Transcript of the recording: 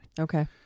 Okay